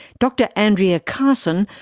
dr andrea carson,